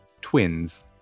twins